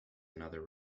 another